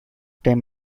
time